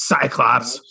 Cyclops